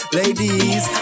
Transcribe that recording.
ladies